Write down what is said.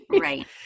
Right